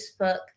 Facebook